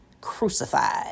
Crucified